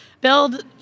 build